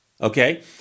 Okay